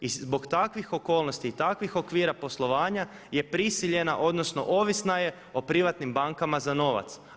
I zbog takvih okolnosti i takvih okvira poslovanja je prisiljena, odnosno ovisna je o privatnim bankama za novac.